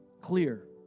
clear